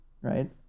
right